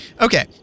Okay